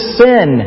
sin